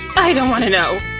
i don't wanna know!